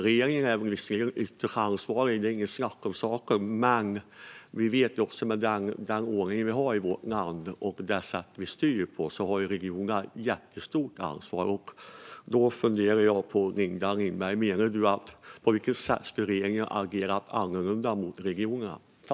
Regeringen är ytterst ansvarig - inget snack om den saken - men vi vet att regionerna, med den ordning vi har i vårt land och det sätt som vi styr på, har ett jättestort ansvar. Min fundering, Linda Lindberg, är: På vilket sätt menar du att regeringen skulle ha agerat annorlunda gentemot regionerna?